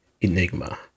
Enigma